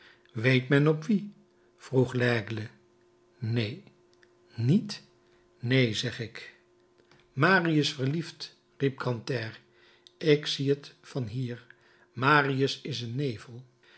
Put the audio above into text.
weet men op wie vroeg laigle neen niet neen zeg ik marius verliefd riep grantaire ik zie het van hier marius is een nevel